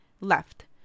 left